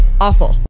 awful